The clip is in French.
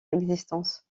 existence